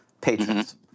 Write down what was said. patrons